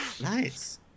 Nice